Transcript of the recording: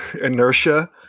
Inertia